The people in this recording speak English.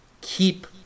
keep